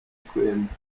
twembi